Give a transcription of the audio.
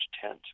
tent